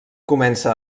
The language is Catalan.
comença